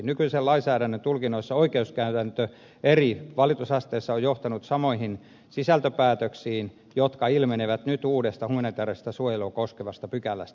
nykyisen lainsäädännön tulkinnoissa oikeuskäytäntö eri valitusasteissa on johtanut samoihin sisältöpäätöksiin jotka ilmenevät nyt uudesta humanitääristä suojelua koskevasta pykälästä